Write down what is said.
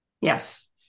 Yes